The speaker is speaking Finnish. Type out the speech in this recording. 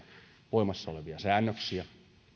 voimassa olevia säännöksiä ja